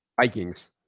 Vikings